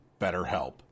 BetterHelp